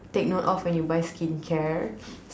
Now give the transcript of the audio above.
take note of when you buy skincare